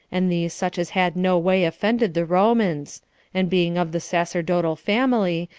and these such as had no way offended the romans and being of the sacerdotal family,